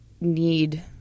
need